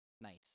Nice